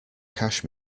cash